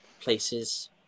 places